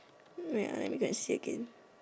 wait ah let me go and see again